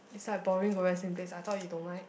it's like boring go back same place I thought you don't like